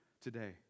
today